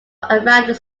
around